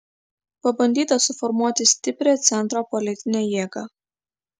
pabandyta suformuoti stiprią centro politinę jėgą